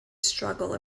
struggle